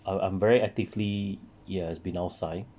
I I'm very actively ya it's been outside